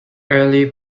early